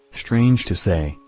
strange to say,